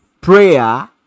prayer